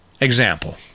Example